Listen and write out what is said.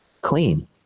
clean